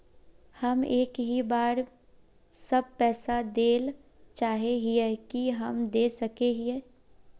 हम एक ही बार सब पैसा देल चाहे हिये की हम दे सके हीये?